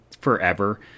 forever